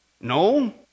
No